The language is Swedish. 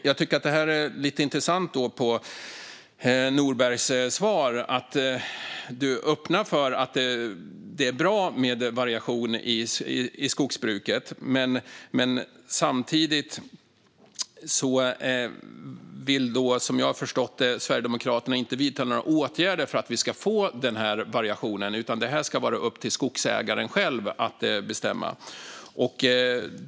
Jag tycker att det är lite intressant att Nordberg i sitt svar öppnar för att det är bra med variation i skogsbruket, men samtidigt vill Sverigedemokraterna, som jag har förstått det, inte vidta några åtgärder för att vi ska få den här variationen utan vill att det ska vara upp till skogsägaren själv att bestämma.